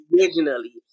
originally